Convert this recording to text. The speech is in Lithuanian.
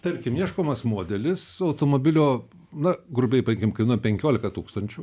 tarkim ieškomas modelis automobilio na grubiai paimkim kainuoja penkiolika tūkstančių